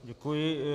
Děkuji.